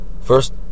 First